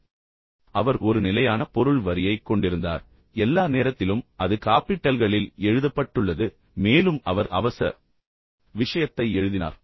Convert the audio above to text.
எனவே அவர் ஒரு நிலையான பொருள் வரியைக் கொண்டிருந்தார் எல்லா நேரத்திலும் அது காப்பிட்டல்களில் எழுதப்பட்டுள்ளது மேலும் அவர் அவசர விஷயத்தை எழுதினார்